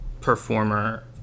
performer